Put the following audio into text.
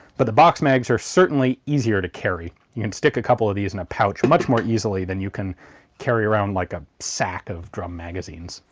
but the box mags are certainly easier to carry, you can stick a couple of these in a pouch much more easily than you can carry around like a sack of drum magazines.